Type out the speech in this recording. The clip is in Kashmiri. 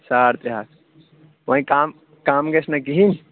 ساڑ ترٛےٚ ہتھ ۄونۍ کَم کَم گژھِ نا کِہیٖنۍ